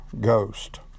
Ghost